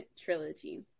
trilogy